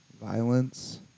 violence